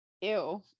Ew